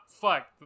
fuck